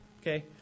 Okay